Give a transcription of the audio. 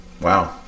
Wow